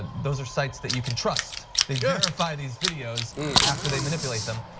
those are sites that you can trust, they verify these videos after they manipulate them.